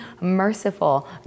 merciful